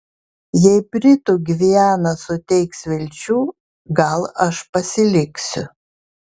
jei britų gviana suteiks vilčių gal aš pasiliksiu